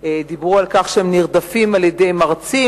ושדיברו על כך שהם נרדפים על-ידי מרצים.